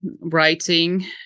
writing